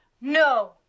No